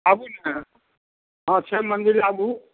अबै छी ने हँ छै मन्दिर आगू